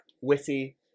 witty